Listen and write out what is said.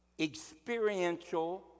experiential